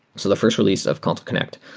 so the first re lease of consul connect,